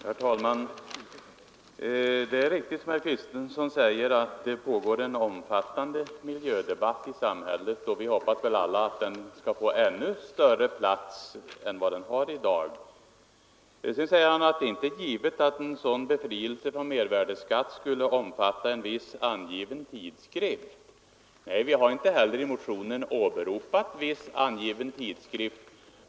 Herr talman! Det är riktigt som herr Kristenson säger, att det pågår en omfattande miljödebatt i samhället, och vi hoppas väl alla att den skall få ännu större plats än den har i dag. Det är givet att befrielsen från mervärdeskatt inte skall omfatta en viss angiven tidskrift, sade herr Kristenson. Nej, vi har inte heller i motionen åberopat en viss angiven tidskrift.